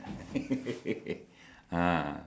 ah